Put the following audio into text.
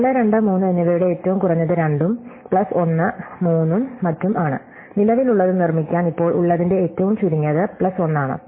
4 2 3 എന്നിവയുടെ ഏറ്റവും കുറഞ്ഞത് 2 ഉം പ്ലസ് 1 3 ഉം മറ്റും ആണ്നിലവിലുള്ളത് നിർമ്മിക്കാൻ ഇപ്പോൾ ഉള്ളതിന്റെ ഏറ്റവും ചുരുങ്ങിയത് പ്ലസ് 1 ആണ്